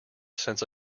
sense